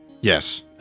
Yes